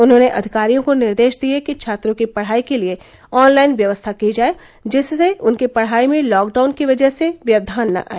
उन्होंने अधिकारियों को निर्देश दिए कि छात्रों की पढ़ाई के लिए ऑनलाइन व्यवस्था की जाए जिससे उनकी पढ़ाई में लॉक डाउन की बजह से व्यवधान न आए